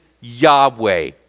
Yahweh